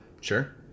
Sure